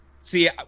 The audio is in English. see